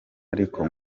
ariko